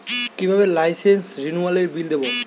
কিভাবে লাইসেন্স রেনুয়ালের বিল দেবো?